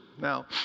Now